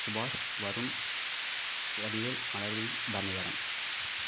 சுபாஷ் வருண் வடிவேல் மலர்விழி பரணிதரன்